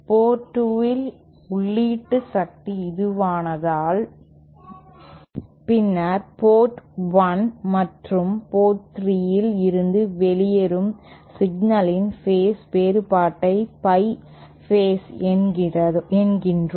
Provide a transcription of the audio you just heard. board 2 இல் உள்ளீட்டு சக்தி இதுவானால் பின்னர் போர்ட் 1 மற்றும் போர்ட் 3 இல் இருந்து வெளியேறும் சிக்னலின் ஃபேஸ் வேறுபாட்டை பை ஃபேஸ் என்கிறோம்